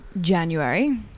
January